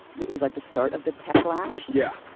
it was like the start of the tech clash. yeah.